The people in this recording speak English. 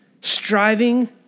Striving